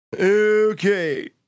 Okay